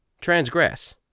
transgress